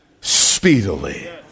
speedily